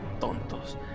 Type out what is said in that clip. Tontos